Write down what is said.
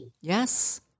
Yes